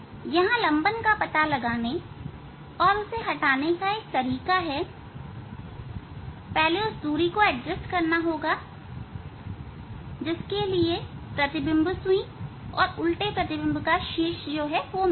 यहां लंबन का पता लगाने और उसे हटाने का एक तरीका है पहले उस दूरी को एडजस्ट करना होगा जिसके लिए प्रतिबिंब सुई और उल्टी प्रतिबिंब का शीर्ष मिलता है